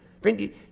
Friend